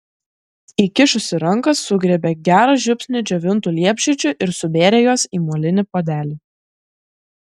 įkišusi ranką sugriebė gerą žiupsnį džiovintų liepžiedžių ir subėrė juos į molinį puodelį